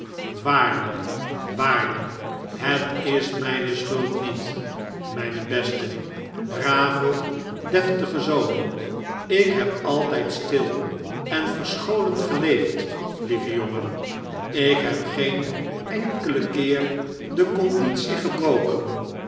waarlijk waarlijk het is mijne schuld niet mijn beste brave deftige zoon ik heb altij'd stil en verscholen geleefd lieve jongen ik heb geen enkelen keer de conditie gebroken